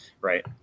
right